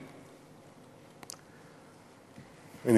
הנה,